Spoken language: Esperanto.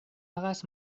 agas